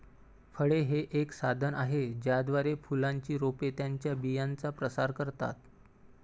फळे हे एक साधन आहे ज्याद्वारे फुलांची रोपे त्यांच्या बियांचा प्रसार करतात